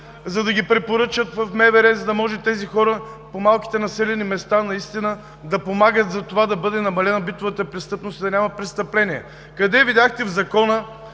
за да ги препоръчат в МВР, за да могат тези хора по малките населени места наистина да помагат за това да бъде намалена битовата престъпност и да няма престъпления. Къде видяхте в Закона